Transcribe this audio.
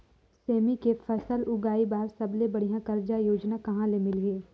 सेमी के फसल उगाई बार सबले बढ़िया कर्जा योजना कहा ले मिलही?